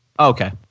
Okay